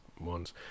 ones